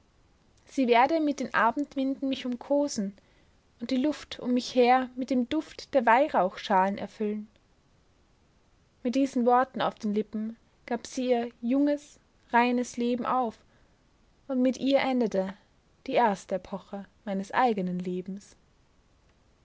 sie werde mit den abendwinden mich umkosen und die luft um mich her mit dem duft der weihrauchschalen erfüllen mit diesen worten auf den lippen gab sie ihr junges reines leben auf und mit ihr endete die erste epoche meines eigenen lebens